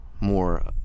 more